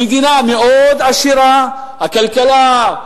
המדינה מאוד עשירה, הכלכלה,